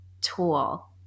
tool